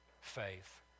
faith